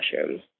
mushrooms